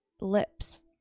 lips